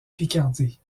picardie